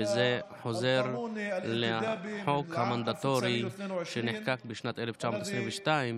וזה חוזר לחוק המנדטורי שנחקק בשנת 1922,